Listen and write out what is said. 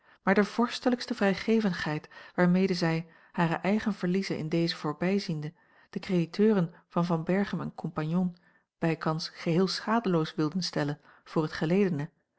maar de vorstelijkste vrijgevigheid waarmede zij hare eigen verliezen in deze voorbijziende de crediteuren van van berchem comp bijkans geheel schadeloos wilden stellen voor het geledene